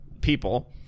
people